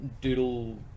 Doodle